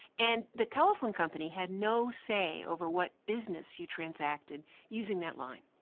and the telephone company had no say over what business you transacted using that line.